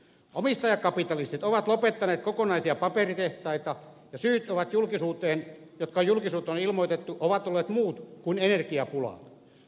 omistajakapitalistit ovat lopettaneet kokonaisia paperitehtaita ja syyt jotka julkisuuteen on ilmoitettu ovat olleet muut kuin energiapula